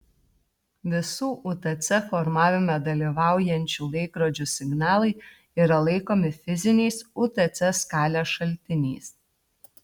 visų utc formavime dalyvaujančių laikrodžių signalai yra laikomi fiziniais utc skalės šaltiniais